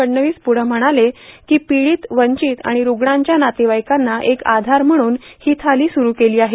फडणवीस पुढं म्हणाले की पिडीत वंचीत आणि रूग्णांच्या नातेवाईकांना एक आधार म्हणून ही थाली सुरू केली आहे